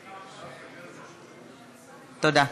תודה.